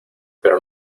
pero